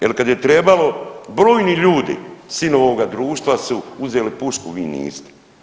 Jer kad je trebalo brojni ljudi, sinovi ovoga društva su uzeli pušku, vi niste.